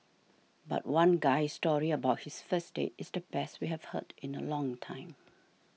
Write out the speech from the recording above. but one guy's story about his first date is the best we have heard in a long time